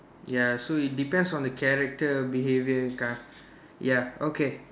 ya so it depends on the character behaviour car~ ya okay